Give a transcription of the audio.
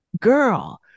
girl